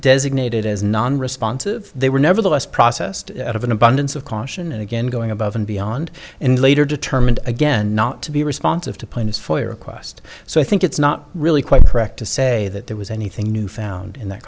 designated as non responsive they were nevertheless processed out of an abundance of caution and again going above and beyond and later determined again not to be responsive to plaintiff foyer quest so i think it's not really quite correct to say that there was anything new found in that